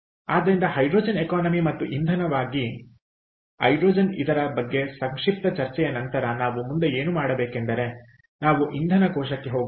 ಆದ್ದರಿಂದಹೈಡ್ರೋಜನ್ economy ಮತ್ತು ಇಂಧನವಾಗಿ hydrogen ಇದರ ಬಗ್ಗೆ ಸಂಕ್ಷಿಪ್ತ ಚರ್ಚೆಯ ನಂತರ ನಾವು ಮುಂದೆ ಏನು ಮಾಡಬೇಕೆಂದರೆ ನಾವು ಇಂಧನ ಕೋಶಕ್ಕೆ ಹೋಗುತ್ತೇವೆ